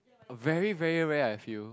very very rare I feel